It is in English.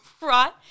right